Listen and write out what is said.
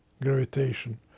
gravitation